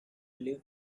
live